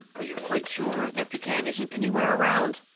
are you quite sure that pekan isn't anywhere around?